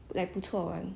you know